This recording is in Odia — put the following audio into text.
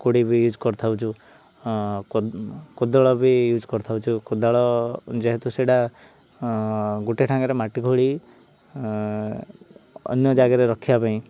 କୋଡ଼ି ବି ୟୁଜ୍ କରିଥାଉଛୁ କୋଦାଳ ବି ୟୁଜ୍ କରିଥାଉଛୁ କୋଦାଳ ଯେହେତୁ ସେଇଟା ଗୋଟେ ଠାଙ୍ଗରେ ମାଟି ଖୋଳି ଅନ୍ୟ ଜାଗାରେ ରଖିବା ପାଇଁ